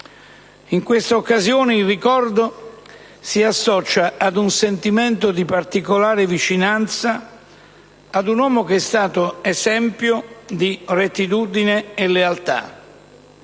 In quest'occasione, il ricordo si associa ad un sentimento di particolare vicinanza verso un uomo che è stato esempio di rettitudine e lealtà.